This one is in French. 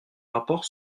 rapport